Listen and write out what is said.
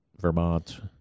Vermont